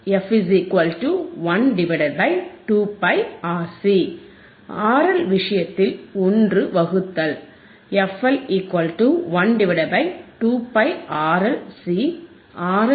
Frequency12πRC RL விஷயத்தில் 1 வகுத்தல் fL1 2πRLC